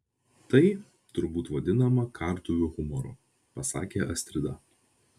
tai turbūt vadinama kartuvių humoru pasakė astrida